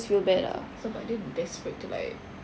is it sebab dia desperate to like